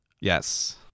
yes